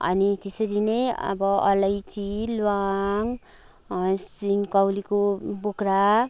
अनि त्यसरी नै अब अलैँची ल्वाङ सिनकौलीको बोक्रा